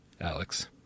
Alex